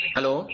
Hello